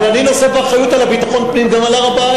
אבל אני נושא באחריות על ביטחון הפנים גם בהר-הבית.